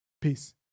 peace